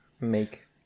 make